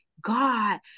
God